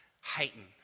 heighten